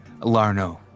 Larno